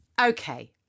Okay